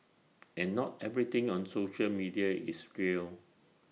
and not everything on social media is real